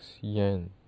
yen